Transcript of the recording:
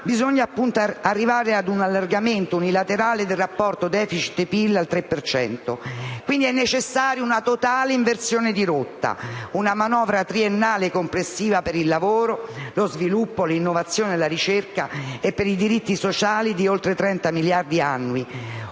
ma arrivare a un allargamento unilaterale del rapporto - *deficit*-PIL al 3 per cento. È pertanto necessaria una totale inversione di rotta: una manovra triennale complessiva per il lavoro, lo sviluppo, l'innovazione, la ricerca e i diritti sociali di oltre 30 miliardi annui,